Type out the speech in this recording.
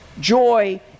joy